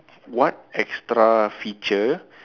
what extra feature